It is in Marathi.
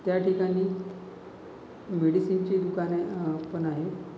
त्या ठिकाणी मेडिसिनचे दुकाने पण आहे